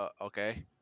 okay